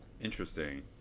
interesting